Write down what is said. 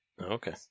Okay